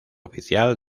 oficial